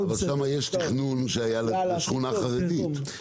אבל שם יש תכנון שהיה לשכונה חרדית.